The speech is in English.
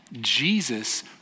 Jesus